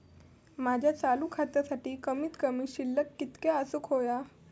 माझ्या चालू खात्यासाठी कमित कमी शिल्लक कितक्या असूक होया?